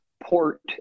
port